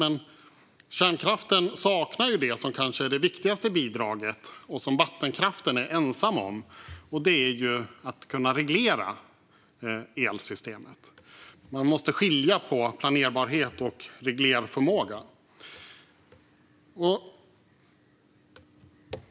Men kärnkraften saknar det som kanske är det viktigaste bidraget och som vattenkraften är ensam om, och det är att kunna reglera elsystemet. Man måste skilja på planerbarhet och reglerförmåga.